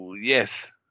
Yes